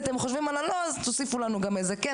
אתם חושבים על ה"לא" אז תוסיפו לנו גם איזה "כן",